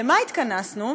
למה התכנסנו?